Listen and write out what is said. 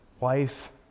wife